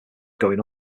going